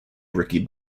ricky